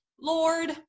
Lord